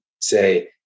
say